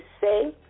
say